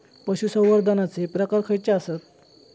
पशुसंवर्धनाचे प्रकार खयचे आसत?